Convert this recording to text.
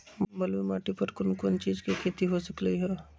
बलुई माटी पर कोन कोन चीज के खेती हो सकलई ह?